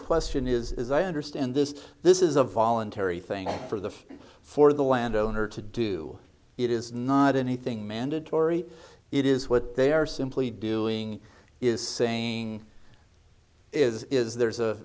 question is is i understand this this is a voluntary thing for the for the landowner to do it is not anything mandatory it is what they are simply doing is saying is is there is a